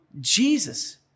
Jesus